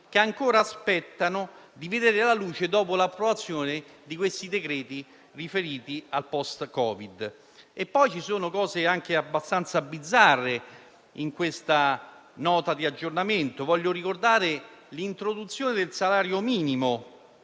che ancora aspettano di vedere la luce dopo l'approvazione dei decreti riferiti al post-Covid. Ci sono poi cose anche abbastanza bizzarre in questa Nota di aggiornamento. Voglio ricordare l'introduzione del salario minimo,